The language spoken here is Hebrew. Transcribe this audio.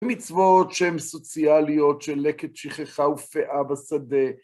מצוות שהן סוציאליות, של לקט שכחה ופאה בשדה.